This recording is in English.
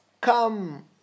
come